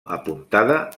apuntada